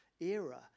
era